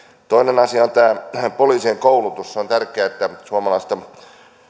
toinen asia on tämä poliisien koulutus on tärkeää että suomalaista